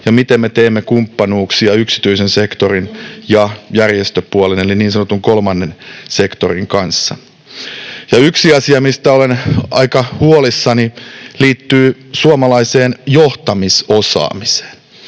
ja miten me teemme kumppanuuksia yksityisen sektorin ja järjestöpuolen eli niin sanotun kolmannen sektorin kanssa? Yksi asia, mistä olen aika huolissani, liittyy suomalaiseen johtamisosaamiseen.